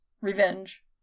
revenge